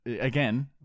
again